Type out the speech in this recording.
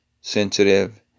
sensitive